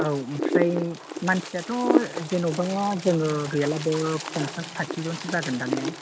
औ ओमफ्राय मानसिआथ' जेनेबा जोङो गैयाब्लाबो पन्सास साथिजोनसो जागोनदां ने